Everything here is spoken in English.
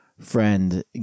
friend